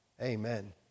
Amen